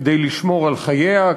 כדי לשמור על חייה,